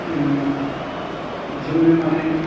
जोङो बिजोंनो माने